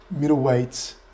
middleweights